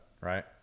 Right